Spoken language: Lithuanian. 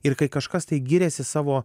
ir kai kažkas tai giriasi savo